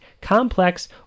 complex